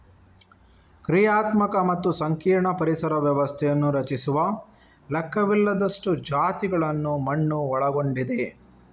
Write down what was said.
ಕ್ರಿಯಾತ್ಮಕ ಮತ್ತು ಸಂಕೀರ್ಣ ಪರಿಸರ ವ್ಯವಸ್ಥೆಯನ್ನು ರಚಿಸುವ ಲೆಕ್ಕವಿಲ್ಲದಷ್ಟು ಜಾತಿಗಳನ್ನು ಮಣ್ಣು ಒಳಗೊಂಡಿದೆ